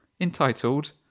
entitled